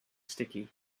sticky